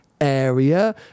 area